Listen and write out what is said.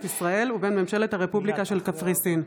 ישראל ובין ממשלת הרפובליקה של קפריסין.